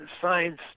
science